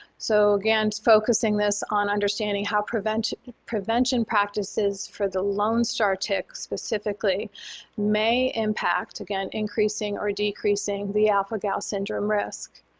so again, focusing this on understanding how prevention prevention practices for the lone star tick specifically may impact, again, increasing or decreasing the alpha-gal syndrome risk.